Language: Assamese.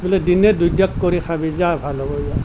বোলো দিনে দুই দাগ কৰি খাবি যা ভাল হ'ব যা